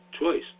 choice